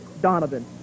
Donovan